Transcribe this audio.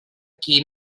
qui